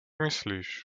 myslíš